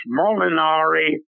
Molinari